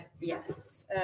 Yes